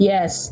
Yes